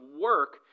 work